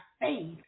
faith